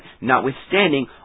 notwithstanding